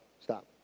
stop